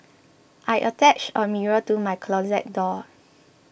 I attached a mirror to my closet door